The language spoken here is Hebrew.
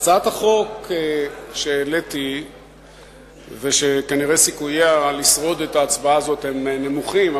הצעת החוק שהעליתי וכנראה סיכוייה לשרוד את ההצבעה הזאת נמוכים,